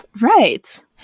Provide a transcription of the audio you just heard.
right